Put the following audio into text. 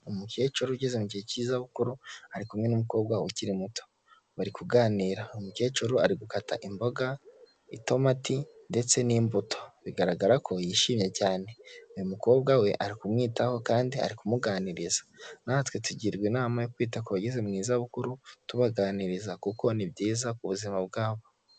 Umukecuru ugeze mu mugihe cy'izabukuru ari kumwe n'umukobwa ukiri muto bari kuganira, umukecuru ari gukata imboga itumati ndetse n'imbuto bigaragara ko yishimye cyane, uyu mukobwa we ari kumwitaho kandi ari kumuganiriza. Natwe tugirwa inama yo kwita ku bageze mu zabukuru tubaganiriza kuko ni byiza ku buzima bwabo.